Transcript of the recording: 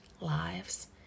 lives